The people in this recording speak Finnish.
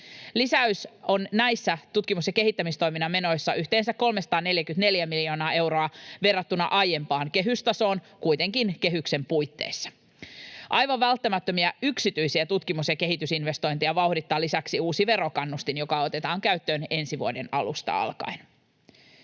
Lisäys on näissä tutkimus- ja kehittämistoiminnan menoissa yhteensä 344 miljoonaa euroa verrattuna aiempaan kehystasoon, kuitenkin kehyksen puitteissa. Aivan välttämättömiä yksityisiä tutkimus- ja kehitysinvestointeja vauhdittaa lisäksi uusi verokannustin, joka otetaan käyttöön ensi vuoden alusta alkaen.